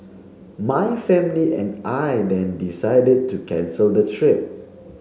my family and I then decided to cancel the trip